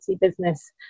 business